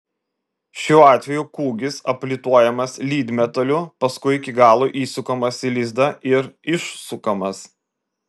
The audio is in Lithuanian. šiuo atveju kūgis aplituojamas lydmetaliu paskui iki galo įsukamas į lizdą ir išsukamas